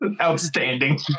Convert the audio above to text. Outstanding